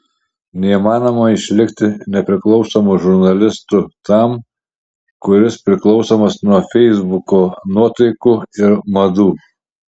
neįmanoma išlikti nepriklausomu žurnalistu tam kuris priklausomas nuo feisbuko nuotaikų ir madų